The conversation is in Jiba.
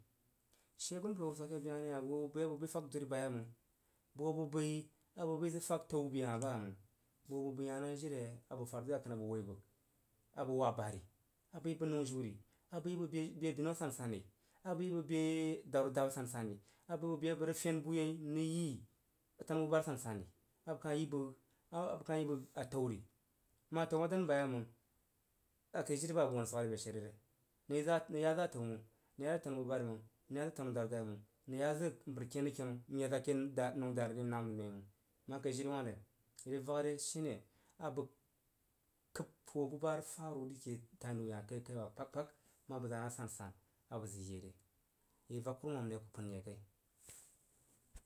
Shin agunpər swag ake behab ri hah bəg ho bəg bəi a bəg bəi pəg dori bayeimə ng bəg ho bəg bəi a bəg bəi pag tao be hah ba məng bəg who bəg bəi jiri je a bəg fad zo yakənu a bəg woi bəg a bəg wab bar a bəg yi bəg nou jiu ri a bəg yi bəg bee binau asasan ri a bəg yi bəg bee daru dabi a sasan ri abəg yi bəg be a bəg rig pyen bu yei n nəg yi tanu bu bari asansanri abəg kah yi bəg a bəg kah yi bəg atao ri məg atau ma dan ba yei məng akai jiri ba abəg ye sare besheri? Nəng ya nəng ya za a hoo məng nəng ya zəg tanu bu bari məng, nən ya zəg mpər ken zəg kenu n ya za ake dad nəu dari ri n nam zəg nji məng məng kai jiri wah ri? Irig vak are shi ne a bəg kəb bu ba ri san məng ri ke fainu ye hah kai kai aba kpag kpag ma a bəg za na asasan abəg zig yi yere ivak kurumam ri aku pən ye kai